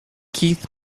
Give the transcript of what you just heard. keith